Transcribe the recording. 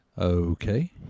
Okay